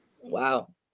Wow